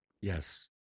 Yes